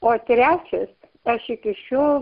o trečias aš iki šiol